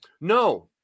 no